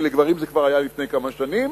כי לגברים זה כבר היה לפני כמה שנים,